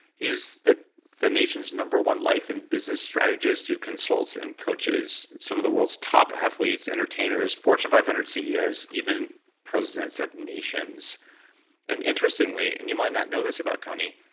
he's the the nation's number one life and business strategist, who consults in coaches, some of the world's top athletes, entertainers, fortune five hundred ceos, even presidents of nations and interestingly, and you might not know this about tony,